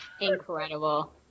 Incredible